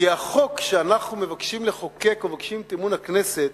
כי החוק שאנחנו מבקשים לחוקק או מבקשים את אמון הכנסת